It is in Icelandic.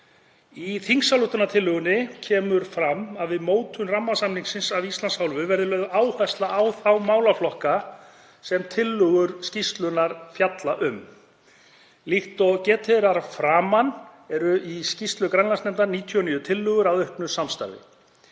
Í þingsályktunartillögunni kemur fram að við mótun rammasamningsins af Íslands hálfu verði lögð áhersla á þá málaflokka sem tillögur skýrslunnar fjalla um. Líkt og getið er að framan eru í skýrslu Grænlandsnefndar 99 tillögur að auknu samstarfi.